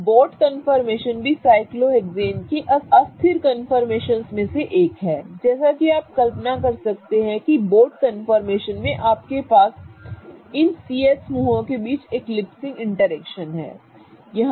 अब boat conformation भी cyclohexane के अस्थिर कन्फर्मेशनस में से एक है जैसा कि आप कल्पना कर सकते हैं कि बोट कन्फर्मेशन में आपके पास इन C H समूहों के बीच एकलिप्सिंग इंटरेक्शन हैं ठीक है